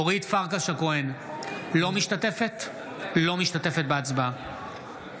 אינה משתתפת בהצבעה